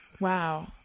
Wow